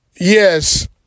yes